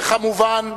וכמובן,